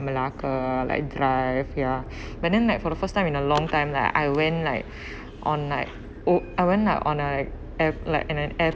malacca like drive ya but then like for the first time in a long time lah I went like on like oo I went like on like I've like an at